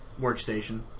workstation